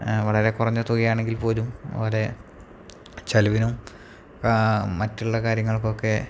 വളരെ കുറഞ്ഞ തുകയാണെങ്കിൽ പോലും അവരെ ചെലവിനും മറ്റുള്ള കാര്യങ്ങൾക്കൊക്കെ